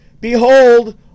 Behold